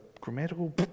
grammatical